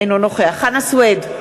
אינו נוכח חנא סוייד,